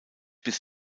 bis